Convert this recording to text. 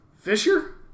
Fisher